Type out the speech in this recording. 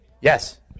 Yes